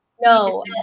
No